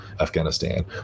Afghanistan